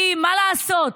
כי מה לעשות,